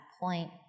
point